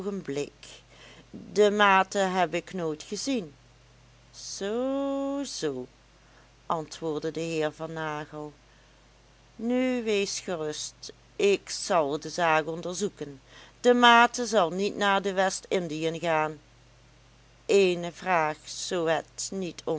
oogenblik de maete heb ik nooit gezien zoo zoo antwoordde de heer van nagel nu wees gerust ik zal de zaak onderzoeken de maete zal niet naar de west-indiën gaan eéne vraag zoo het niet